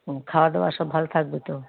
ও খাওয়া দাওয়া সব ভালো থাকবে তো